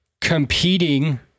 competing